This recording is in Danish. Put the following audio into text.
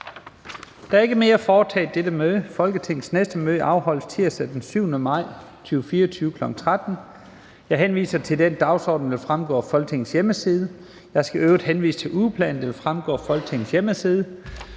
Der er ikke mere at foretage i dette møde. Folketingets næste møde afholdes tirsdag den 7. maj 2024, kl. 13.00. Jeg henviser til den dagsorden, der vil fremgå af Folketingets hjemmeside. Jeg skal i øvrigt henvise til ugeplanen, der vil fremgå af Folketingets hjemmeside,